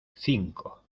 cinco